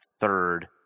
third